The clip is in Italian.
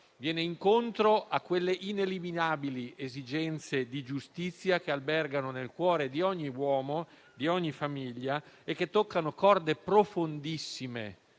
viene incontro a quelle ineliminabili esigenze di giustizia che albergano nel cuore di ogni uomo, di ogni famiglia, e che toccano corde profondissime